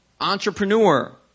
entrepreneur